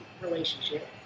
Relationship